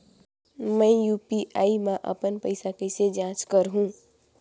मैं यू.पी.आई मा अपन पइसा कइसे जांच करहु?